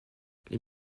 les